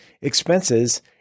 expenses